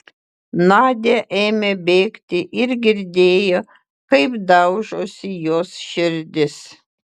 nadia ėmė bėgti ir girdėjo kaip daužosi jos širdis